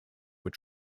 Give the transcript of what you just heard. were